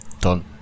Done